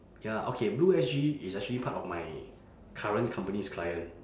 ya okay blue S_G is actually part of my current company's client